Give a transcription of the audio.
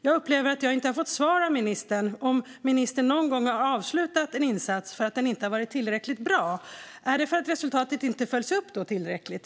Jag upplever att jag inte fått svar av ministern på frågan om ministern någon gång har avslutat en insats för att den inte har varit tillräckligt bra. Är det i så fall för att resultatet inte följts upp tillräckligt?